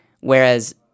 Whereas